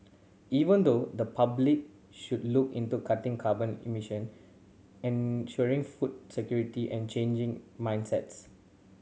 even though the public should look into cutting carbon emission ensuring food security and changing mindsets